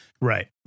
Right